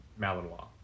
Malinois